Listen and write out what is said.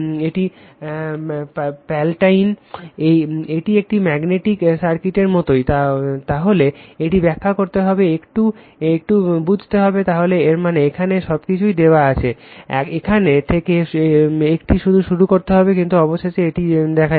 এটি পাল্টায়নি এটি একটি ম্যাগনেটিক সার্কিটের মতোই তাহলে এটি ব্যাখ্যা করতে হবে একটু বুঝতে হবে তাহলে এর মানে এখানে সবকিছু দেওয়া আছে এখান থেকে এটি শুরু হবে কিন্তু অবশেষে এটি এইভাবে যাচ্ছে